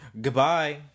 Goodbye